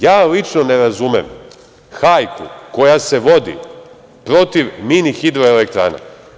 Ja lično ne razumem hajku koja se vodi protiv mini hidroelektrana.